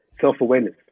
self-awareness